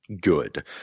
Good